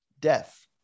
death